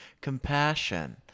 compassion